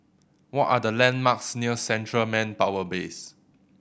what are the landmarks near Central Manpower Base